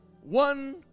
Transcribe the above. one